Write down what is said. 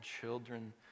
children